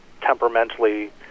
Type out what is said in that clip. temperamentally